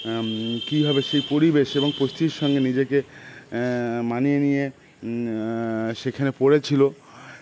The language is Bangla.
কীভাবে সেই পরিবেশ এবং পরিস্থিতির সঙ্গে নিজেকে মানিয়ে নিয়ে সেখানে পড়েছিলো